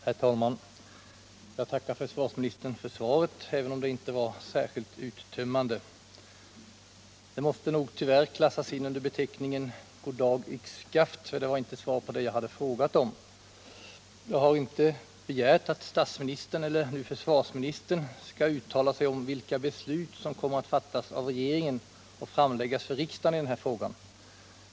Herr talman! Jag tackar försvarsministern för svaret, även om det inte var särskilt uttömmande. Svaret måste nog tyvärr hänföras till kategorin Goddag — Yxskaft; det var inte ett svar på det jag frågat om. Jag har inte begärt att statsministern, eller nu försvarsministern, skall uttala sig om vilka beslut som kommer att fattas av regeringen och framläggas för riksdagen i den här frågan.